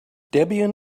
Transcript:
debian